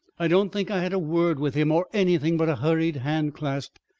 i don't think i had a word with him or anything but a hurried hand clasp.